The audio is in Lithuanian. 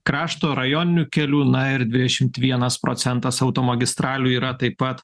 krašto rajoninių kelių na ir dvidešimt vienas procentas automagistralių yra taip pat